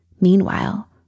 Meanwhile